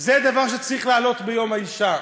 זה דבר שצריך לעלות ביום האישה.